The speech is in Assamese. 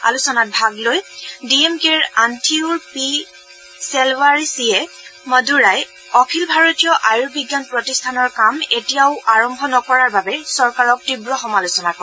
আলোচনাত ভাগ লৈ ডি এম কেৰ আন্থিয়ুৰ পি ছেলৱাৰচিয়ে মডুৰাই অখিল ভাৰতীয় আয়ুৰ্বিজ্ঞান প্ৰতিষ্ঠানৰ কাম এতিয়াও আৰম্ভ নকৰাৰ বাবে চৰকাৰক তীৱ সমালোচনা কৰে